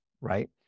right